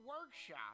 workshop